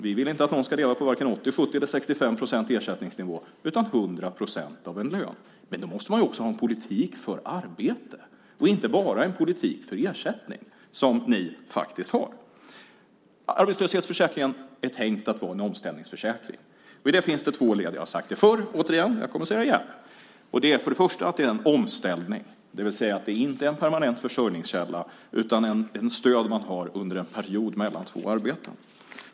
Vi vill inte att någon ska leva på varken 80, 70 eller 65 procents ersättningsnivå utan på 100 procent av en lön. Men då måste man också ha en politik för arbete och inte bara en politik för ersättning som ni faktiskt har. Arbetslöshetsförsäkringen är tänkt att vara en omställningsförsäkring. I det finns det två led. Jag har återigen sagt det förr och kommer att säga det igen. Det är först att det är en omställning. Det är inte en permanent försörjningskälla utan ett stöd man har under en period mellan två arbeten.